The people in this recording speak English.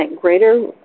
greater